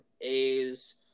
A's